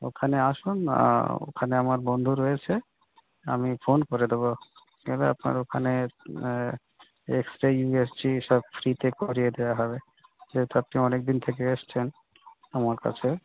ওখানে আসুন ওখানে আমার বন্ধু রয়েছে আমি ফোন করে দেবো এবার আপনার ওখানের X ray U S G সব ফ্রিতে করিয়ে দেওয়া হবে যেহেতু আপনি অনেক দিন থেকে এসছেন আমার কাছে